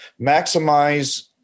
Maximize